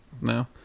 No